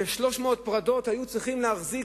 ש-300 פרדות היו צריכים בשביל להחזיק